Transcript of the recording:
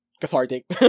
cathartic